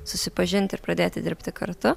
susipažinti ir pradėti dirbti kartu